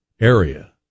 area